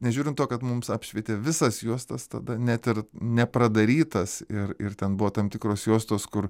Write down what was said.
nežiūrint to kad mums apšvietė visas juostas tada net ir nepradarytas ir ir ten buvo tam tikros juostos kur